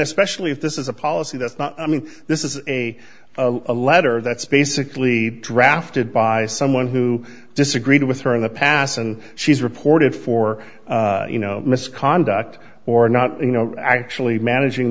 especially if this is a policy that's not i mean this is a a letter that's basically drafted by someone who disagreed with her in the past and she's reported for you know misconduct or not you know actually managing